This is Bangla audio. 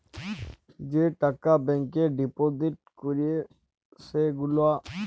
যে টাকা ব্যাংকে ডিপজিট ক্যরে সে গুলা